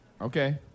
Okay